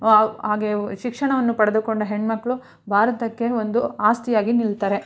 ಹಾಗೇ ಶಿಕ್ಷಣವನ್ನು ಪಡೆದುಕೊಂಡ ಹೆಣ್ಣುಮಕ್ಳು ಭಾರತಕ್ಕೆ ಒಂದು ಆಸ್ತಿಯಾಗಿ ನಿಲ್ತಾರೆ